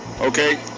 okay